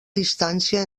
distància